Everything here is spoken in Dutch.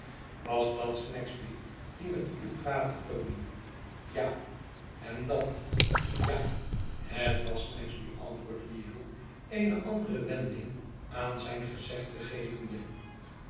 was dat snagsby die met u praatte tony ja en dat ja het was snagsby antwoordt weevle eene andere wending aan zijn gezegde gevende